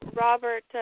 Robert